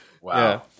wow